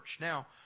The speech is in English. Now